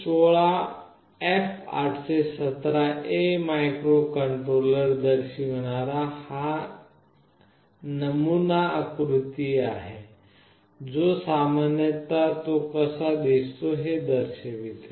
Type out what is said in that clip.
PIC 16F877A microcontroller दर्शविणारा हा नमुना आकृती आहे जो सामान्यत तो कसा दिसतो हे दर्शवतो